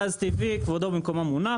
גז טבעי כבודו במקומו מונח.